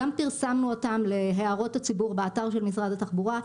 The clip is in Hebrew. גם פרסמנו אותן להערות הציבור באתר של משרד התחבורה.